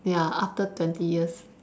ya after twenty years